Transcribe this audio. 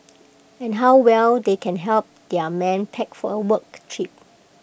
and how well they can help their men pack for A work trip